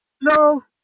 No